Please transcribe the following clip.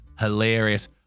Hilarious